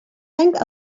bank